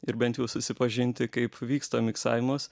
ir bent jau susipažinti kaip vyksta miksavimas